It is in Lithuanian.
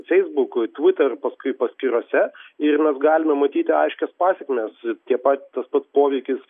facebook twitter pask paskyrose ir mes galime matyti aiškias pasekmes tie pat tas pats poveikis